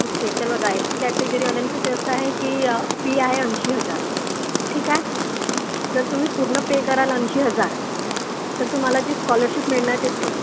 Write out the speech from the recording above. okay तर बघा S C कॅटेगरीवाल्यांसाठी असं आहे की फी आहे ऐंशी हजार ठीक आहे जर तुम्ही पूर्ण पे कराल ऐंशी हजार तर तुम्हाला जे स्कॉलरशिप मिळण्यात येते